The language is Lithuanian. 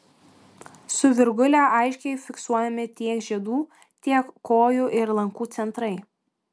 su virgule aiškiai fiksuojami tiek žiedų tiek kojų ir lankų centrai